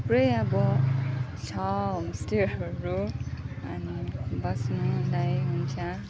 थुप्रै अब छ होमस्टेहरू अनि बस्नुलाई हुन्छ